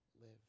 live